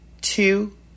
two